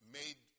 made